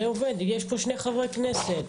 יש פה שני חברי כנסת.